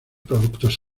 productos